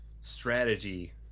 strategy